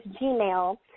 Gmail